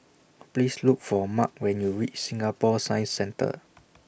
Please Look For Mark when YOU REACH Singapore Science Centre